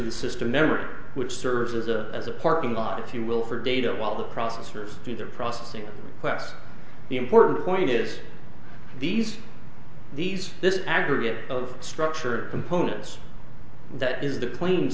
the system memory which serves as a as a parking lot if you will for data while the processors in their processing class the important point is these these this aggregate of structure components that is the planes